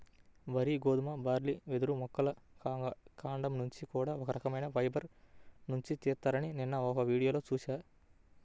వరి, గోధుమ, బార్లీ, వెదురు మొక్కల కాండం నుంచి కూడా ఒక రకవైన ఫైబర్ నుంచి తీత్తారని నిన్న ఒక వీడియోలో చూశా